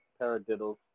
paradiddles